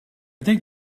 think